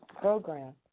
program